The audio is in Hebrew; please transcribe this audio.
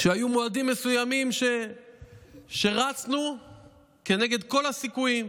היו מועדים מסוימים שרצנו כנגד כל הסיכויים,